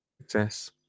success